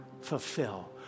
fulfill